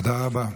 תודה רבה,